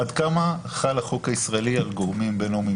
עד כמה חל החוק הישראלי על גורמים בין-לאומיים.